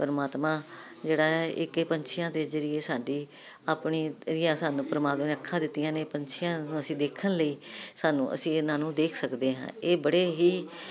ਪਰਮਾਤਮਾ ਜਿਹੜਾ ਇਕ ਇਹ ਪੰਛੀਆਂ ਦੇ ਜਰੀਏ ਸਾਡੇ ਆਪਣੇ ਜਰੀਆ ਸਾਨੂੰ ਪਰਮਾਤਮਾ ਨੇ ਅੱਖਾਂ ਦਿੱਤੀਆਂ ਨੇ ਪੰਛੀਆਂ ਨੂੰ ਅਸੀਂ ਦੇਖਣ ਲਈ ਸਾਨੂੰ ਅਸੀਂ ਇਹਨਾਂ ਨੂੰ ਦੇਖ ਸਕਦੇ ਹਾਂ ਇਹ ਬੜੇ ਹੀ